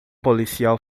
policial